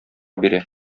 бирә